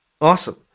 awesome